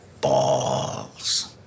balls